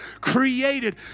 created